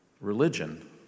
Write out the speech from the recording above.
religion